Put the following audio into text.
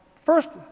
First